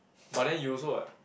but then you also [what]